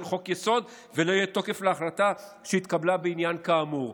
חוק-יסוד ולא יהיה תוקף להחלטה שהתקבלה בעניין כאמור.